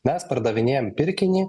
mes pardavinėjam pirkinį